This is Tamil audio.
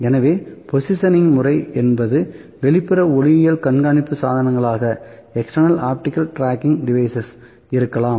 எனவே பொசிஷன்னிங் முறை என்பது வெளிப்புற ஒளியியல் கண்காணிப்பு சாதனங்களாக இருக்கலாம்